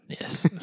Yes